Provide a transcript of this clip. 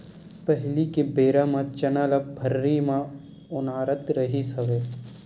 पहिली के बेरा म चना ल भर्री म ओनारत रिहिस हवय